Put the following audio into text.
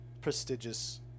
prestigious